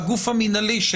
אז